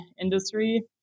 industry